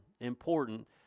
important